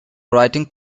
writing